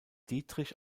dietrich